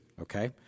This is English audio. Okay